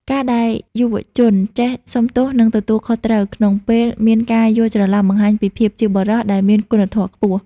ការដែលយុវជនចេះ "សុំទោស និងទទួលខុសត្រូវ" ក្នុងពេលមានការយល់ច្រឡំ បង្ហាញពីភាពជាបុរសដែលមានគុណធម៌ខ្ពស់។